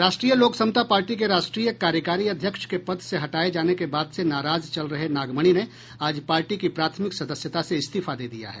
राष्ट्रीय लोक समता पार्टी के राष्ट्रीय कार्यकारी अध्यक्ष के पद से हटाये जाने के बाद से नाराज चल रहे नागमणि ने आज पार्टी की प्राथमिक सदस्यता से इस्तीफा दे दिया है